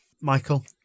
Michael